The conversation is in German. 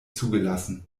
zugelassen